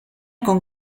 con